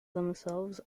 themselves